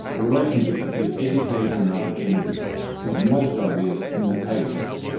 the relationship between education and opportunity is most obvious in the pay cheque.